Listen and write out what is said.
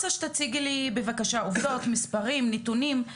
שתציגי לי בבקשה עובדות, מספרים, נתונים.